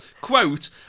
quote